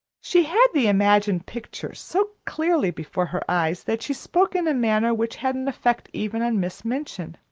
she had the imagined picture so clearly before her eyes, that she spoke in a manner which had an effect even on miss minchin.